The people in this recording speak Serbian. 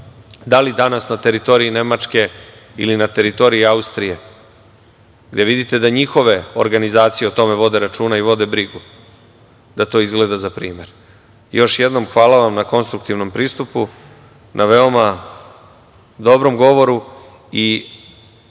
da li danas na teritoriji Nemačke ili na teritoriji Austrije, gde vidite da njihove organizacije o tome vode računa i vode brigu, da to izgleda za primer. Još jednom, hvala vam na konstruktivnom pristupu, na veoma dobrom govoru i